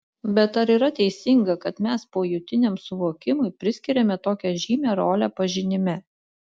bet ar yra teisinga kad mes pojūtiniam suvokimui priskiriame tokią žymią rolę pažinime